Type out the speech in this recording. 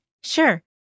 Sure